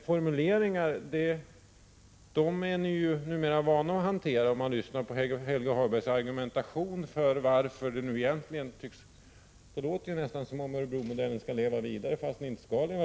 Formuleringar är ni ju numera vana att hantera — åtminstone verkar det så om man lyssnar till Helge Hagbergs argumentation. Det låter nästan som om Örebromodellen skall leva vidare fastän den inte skall det.